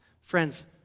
Friends